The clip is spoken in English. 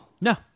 No